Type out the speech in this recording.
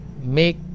make